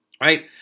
Right